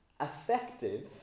Effective